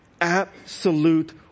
absolute